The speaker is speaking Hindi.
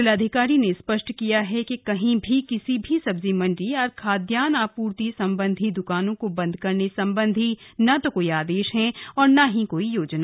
जिलाधिकारी ने स्पष्ट किया है कि कहीं भी किसी भी सब्जी मंडी या खाद्यान्न आपूर्ति संबंधी द्वानों को बंद करने संबंधी न तो कोई आदेश हैं और न ही कोई योजना